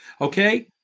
Okay